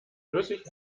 flüssig